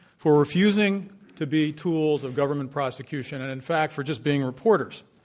for refusing to be tools of government prosecution and in fact for just being reporters.